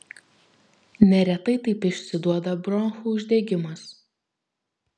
neretai taip išsiduoda bronchų uždegimas